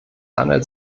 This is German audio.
handelt